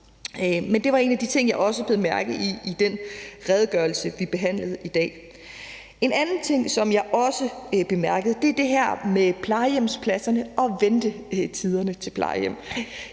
Men det var en af de ting, jeg også bed mærke i i den redegørelse, vi behandler i dag. En anden ting, som jeg også bemærkede, er det her med plejehjemspladserne og ventetiderne til plejehjem.